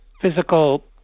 physical